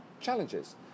challenges